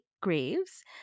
Graves